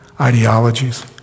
ideologies